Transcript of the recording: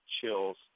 chills